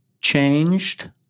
changed